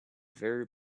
very